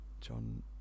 John